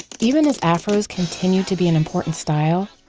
even as afros continued to be an important style,